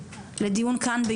לדיון כאן.